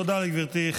תודה לגברתי.